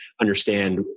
understand